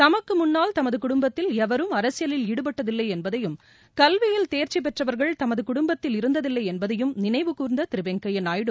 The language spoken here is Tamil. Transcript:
தமக்கு முன்னால் தமது குடும்பத்தில் எவரும் அரசியலில் ஈடுபட்டதில்லை எனபதையும் கல்வியில் தேர்ச்சி பெற்றவர்கள் தமது குடும்பத்தில் இருந்தததில்லை என்பதையும் நினைவு கூர்ந்த திரு வெங்கைய நாயுடு